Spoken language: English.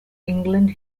england